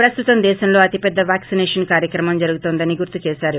ప్రస్తుతం దేశంలో అతిపెద్ద వ్యాక్పినేషన్ కార్యక్రమం జరుగుతోందని గుర్తుచేశారు